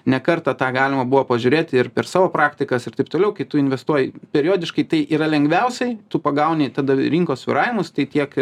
ne kartą tą galima buvo pažiūrėti ir per savo praktikas ir taip toliau kai tu investuoji periodiškai tai yra lengviausiai tu pagauni tada rinkos svyravimus tai tiek